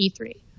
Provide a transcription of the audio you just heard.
E3